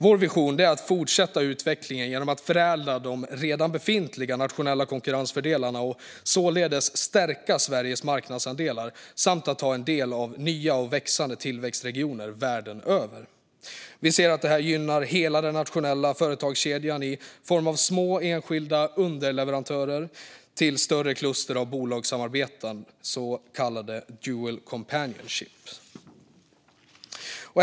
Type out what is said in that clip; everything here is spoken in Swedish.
Vår vision är att fortsätta utvecklingen genom att förädla de redan befintliga nationella konkurrensfördelarna och således stärka Sveriges marknadsandelar samt att ta del av nya och växande tillväxtregioner världen över. Det gynnar hela den nationella företagskedjan i form av små, enskilda underleverantörer till större kluster av bolagssamarbeten, så kallat dual companionship.